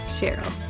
Cheryl